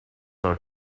are